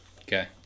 okay